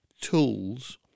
tools